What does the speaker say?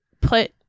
put